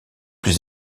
plus